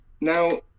Now